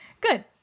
Good